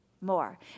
more